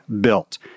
built